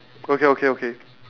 okay okay okay